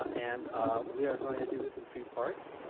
and we are going to do this in three parts.